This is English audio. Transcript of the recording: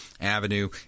Avenue